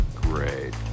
great